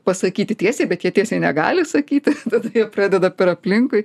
pasakyti tiesiai bet jie tiesiai negali sakyti tada jie pradeda per aplinkui